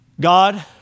God